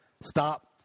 stop